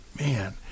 man